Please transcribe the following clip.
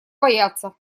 боятся